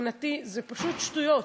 מבחינתי זה פשוט שטויות,